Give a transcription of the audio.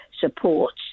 supports